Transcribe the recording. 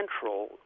central